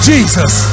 Jesus